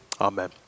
amen